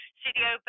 studio